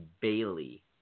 Bailey